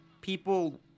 people